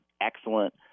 excellent